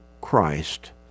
Christ